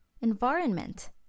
Environment